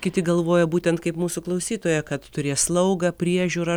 kiti galvoja būtent kaip mūsų klausytoja kad turės slaugą priežiūrą